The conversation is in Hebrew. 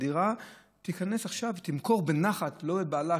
תיכנס עכשיו ותמכור בנחת ולא בבהלה,